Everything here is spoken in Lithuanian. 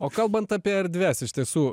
o kalbant apie erdves iš tiesų